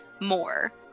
more